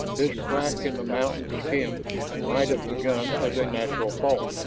this crack in the mountain's skin might have begun as a natural fault,